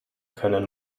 können